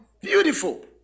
Beautiful